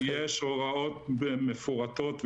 יש הוראות מפורטות.